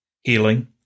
Healing